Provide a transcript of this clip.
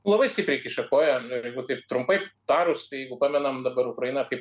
labai stipriai kiša koją jeigu taip trumpai tarus tai jeigu pamenam dabar ukraina kaip